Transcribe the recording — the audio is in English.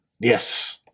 Yes